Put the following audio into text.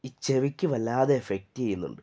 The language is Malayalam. ഈ ചെവിക്ക് വല്ലാതെ എഫക്റ്റ് ചെയ്യുന്നുണ്ട്